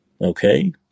okay